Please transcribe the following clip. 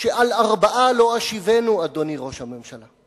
שעל ארבעה לא אשיבנו, אדוני ראש הממשלה.